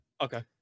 okay